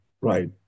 Right